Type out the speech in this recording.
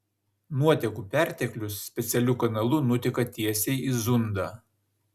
nuotekų perteklius specialiu kanalu nuteka tiesiai į zundą